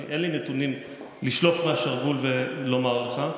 אין לי נתונים לשלוף מהשרוול ולומר לך.